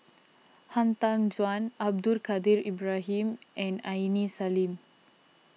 Han Tan Juan Abdul Kadir Ibrahim and Aini Salim